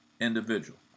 individual